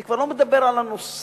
אני כבר לא מדבר על הנושא,